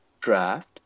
draft